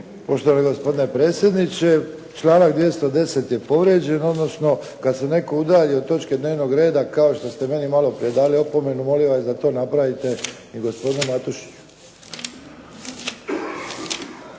Poštovani gospodine predsjedniče. Članak 210. je povrijeđen, odnosno kada se netko od točke dnevnog reda kao što ste meni malo prije dali opomenu, molio bih vas da to napravite i gospodinu Matušiću.